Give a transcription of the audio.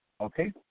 Okay